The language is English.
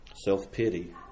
Self-pity